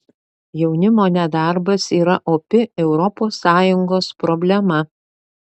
jaunimo nedarbas yra opi europos sąjungos problema